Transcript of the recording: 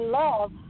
love